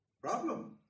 problem